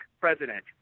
president